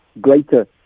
greater